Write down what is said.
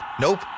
Nope